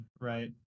right